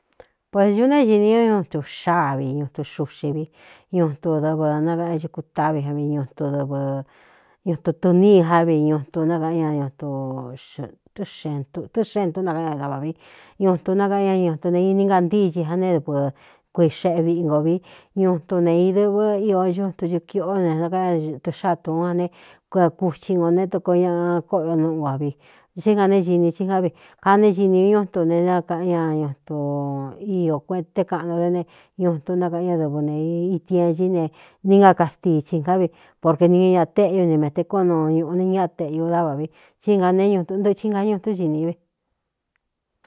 Pues ñuꞌ néé xīni ñú ñutu xáa vi ñutu xuxi vi ñutu dɨvɨ nakaꞌan ña cikutáꞌvi vi ñutu dɨvɨ ñutu tuníi já vi ñutu nákaꞌan ña tɨ xentú nakaꞌan ña dávā vi ñutu nakaꞌan ña ñutu ne ini ngantíxi a neédvɨ kuii xeꞌe viꞌi ngō vi ñu tu ne īdɨvɨ io ñutu tɨkiꞌó ne nkn ñatuxáa tūón a ne kkuchi ngō ne toko ña kóꞌo o núꞌu vā vi tsí nga neé ñini thí ná vi kane sini u ñutu ne nakaꞌan ña ñutu iō kueté kaꞌnu dé ne ñutu nákaꞌan ñadɨvɨ neī itin en chí ne níngakastiicsin ngá vi porkē niña ña téꞌñú ni mete kó nuu ñūꞌu ne ña teꞌiu dávā vi tsí nga ne ñuuntɨhi nga ñutún sinī vi.